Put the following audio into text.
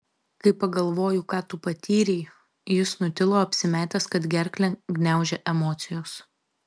kai pagalvoju ką tu patyrei jis nutilo apsimetęs kad gerklę gniaužia emocijos